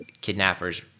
kidnappers